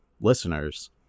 listeners